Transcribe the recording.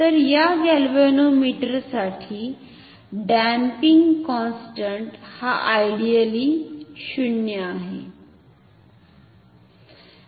तर या गॅल्वोमीटरसाठी डम्पिंग कोंस्ट्नट हा आयडिअली 0 आहे